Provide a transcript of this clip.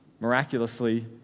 miraculously